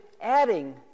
adding